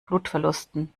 blutverlusten